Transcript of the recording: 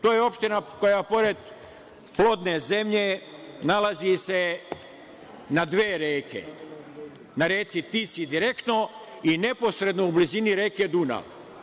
To je opština koja, pored plodne zemlje, nalazi se na dve reke, na reci Tisi direktno i neposredno u blizini reke Dunav.